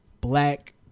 black